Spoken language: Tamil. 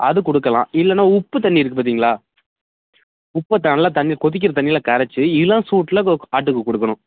அது கொடுக்கலாம் இல்லைனா உப்பு தண்ணி இருக்குது பார்த்தீங்களா உப்பை த நல்லா தண்ணி கொதிக்கிற தண்ணியில கரைச்சி இளம் சூட்டில கோக் ஆட்டுக்கு கொடுக்கணும்